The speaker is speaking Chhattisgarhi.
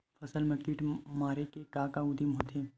फसल मा कीट मारे के का उदिम होथे?